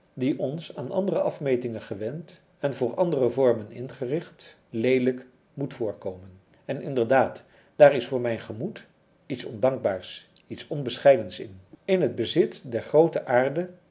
die ons aan andere afmetingen gewend en voor andere vormen ingericht leelijk moet voorkomen en inderdaad daar is voor mijn gemoed iets ondankbaars iets onbescheidens in in het bezit der groote aarde